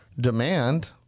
demand